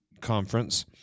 Conference